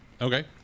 Okay